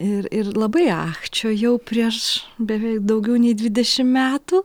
ir ir labai ach čia jau prieš beveik daugiau nei dvidešim metų